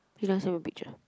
she a picture